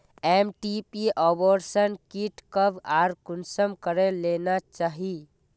MTP abortion kit कब आर कुंसम करे लेना चही?